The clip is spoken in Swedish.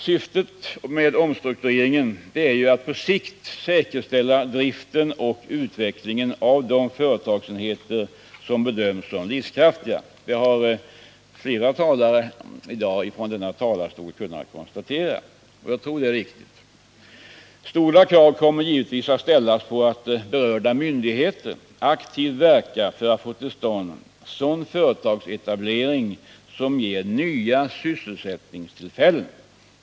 Syftet med omstruktureringen är att på sikt säkerställa driften och utvecklingen av de företagsenheter som bedömts som livskraftiga. Det har flera talare i dag från denna talarstol kunnat konstatera. och det tror jag är riktigt. Stora krav kommer givetvis att ställas på att berörda myndigheter aktivt verkar för att få till stånd sådan företagsetablering som ger nya sysselsättningstillfällen.